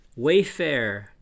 Wayfair